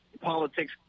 politics